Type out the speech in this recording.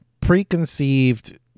preconceived